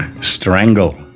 Strangle